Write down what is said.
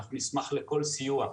אנחנו נשמח לכל סיוע.